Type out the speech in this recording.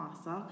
Awesome